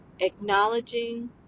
Acknowledging